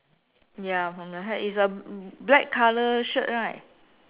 ya for the hair ya is a black colour shirt right